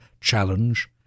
challenge